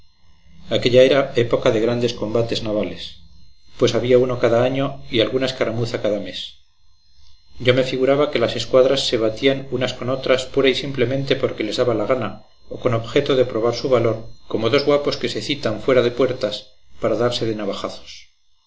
aquélla era época de grandes combates navales pues había uno cada año y alguna escaramuza cada mes yo me figuraba que las escuadras se batían unas con otras pura y simplemente porque les daba la gana o con objeto de probar su valor como dos guapos que se citan fuera de puertas para darse de navajazos